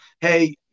Hey